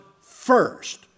first